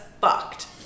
fucked